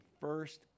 first